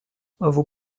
vos